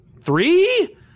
three